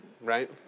right